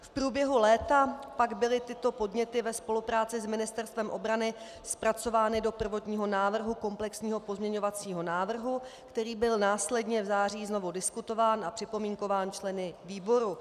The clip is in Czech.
V průběhu léta pak byly tyto podněty ve spolupráci s Ministerstvem obrany zpracovány do prvotního návrhu komplexního pozměňovacího návrhu, který byl následně v září znovu diskutován a připomínkován členy výboru.